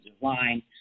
line